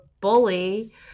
bully